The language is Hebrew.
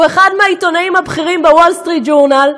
הוא אחד מהעיתונאים הבכירים ב"וול סטריט ג'ורנל",